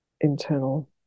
internal